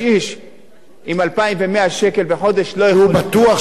הוא בטוח שאתה תצביע בעד קיצוץ תקציב הביטחון,